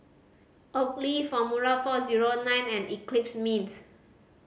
Oakley Formula Four Zero Nine and Eclipse Mints